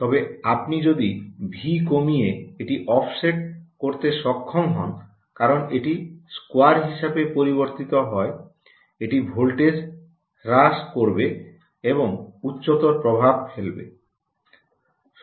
তবে আপনি যদি ভি কমিয়ে এটি অফসেট করতে সক্ষম হন কারণ এটি স্কোয়ার হিসাবে পরিবর্তিত হয় এটি ভোল্টেজ হ্রাস করবে এবং উচ্চতর প্রভাব ফেলবে